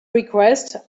request